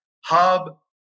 Hub